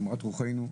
למורת רוחנו,